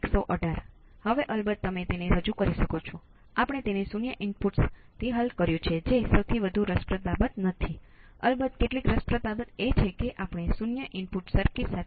તેથી ચાલો કહીએ કે તમારી પાસે પ્રથમ ઓર્ડરની સર્કિટ I x અને માત્ર શરત એ છે કે તે પ્રથમ ઓર્ડર સર્કિટ હશે